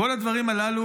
בכל הדברים הללו,